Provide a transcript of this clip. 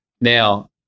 Now